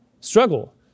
struggle